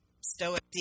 stoic